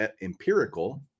empirical